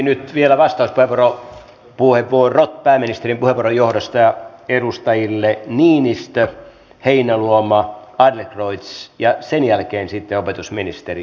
nyt vielä vastauspuheenvuorot pääministerin puheenvuoron johdosta edustajille niinistö heinäluoma adlercreuz ja sen jälkeen sitten opetusministeri